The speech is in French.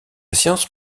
science